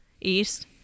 East